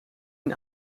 een